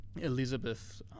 Elizabeth